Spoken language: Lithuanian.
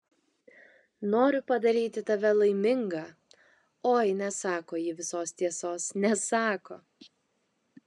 noriu padaryti tave laimingą oi nesako ji visos tiesos nesako